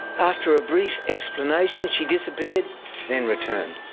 after a brief explanation she disappeared then returned,